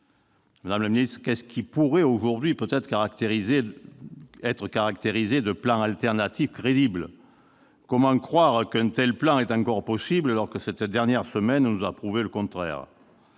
Madame la secrétaire d'État, qu'est-ce qui pourrait aujourd'hui être caractérisé de plan alternatif crédible ? Comment croire qu'un tel plan est encore possible, alors que cette dernière semaine nous a prouvé le contraire ?